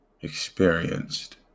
experienced